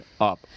up